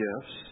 gifts